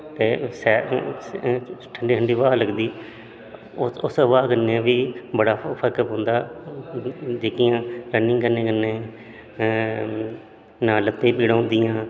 ते सैर ठंडी ठंडी ब्हाऽ लगदी उस ब्हाऽ कन्नै बी बड़ा फर्क पौंदा जेह्कियां रनिंग करने कन्नै नां लत्तै गी पीड़ां होदियां